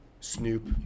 Snoop